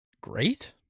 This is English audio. great